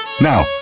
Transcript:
Now